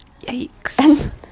Yikes